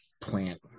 plant